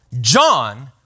John